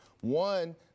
One